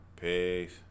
Peace